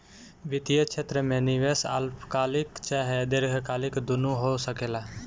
वित्तीय क्षेत्र में निवेश अल्पकालिक चाहे दीर्घकालिक दुनु हो सकेला